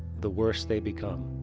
the worse they become.